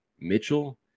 Mitchell